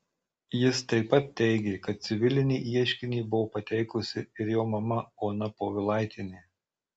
jis taip pat teigė kad civilinį ieškinį buvo pateikusi ir jo mama ona povilaitienė